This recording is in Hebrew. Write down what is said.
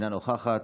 אינה נוכחת,